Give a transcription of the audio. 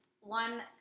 one